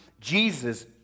Jesus